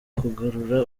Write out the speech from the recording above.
kugarura